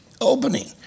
opening